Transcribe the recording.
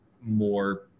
more